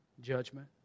judgment